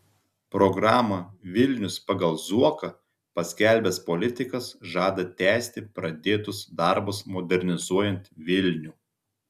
programą vilnius pagal zuoką paskelbęs politikas žada tęsti pradėtus darbus modernizuojant vilnių